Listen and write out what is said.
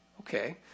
Okay